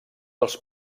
els